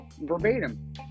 verbatim